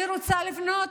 אני רוצה לפנות